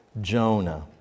Jonah